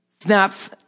Snaps